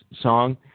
song